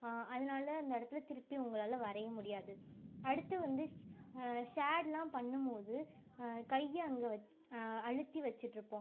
அதனால அந்த இடத்துல திருப்பியும் உங்களால் வரைய முடியாது அடுத்து வந்து ஷேட்லாம் பண்ணும் போது கையை அங்கே வச் அழுத்தி வச்சுட்ருப்போம்